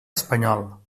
espanyol